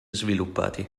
sviluppati